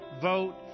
vote